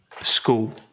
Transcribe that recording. school